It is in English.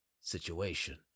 situation